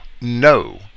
no